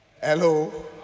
Hello